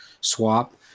swap